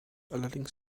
allerdings